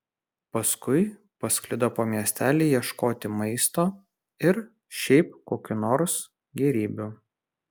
paskui pasklido po miestelį ieškoti maisto ir šiaip kokių nors gėrybių